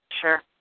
Sure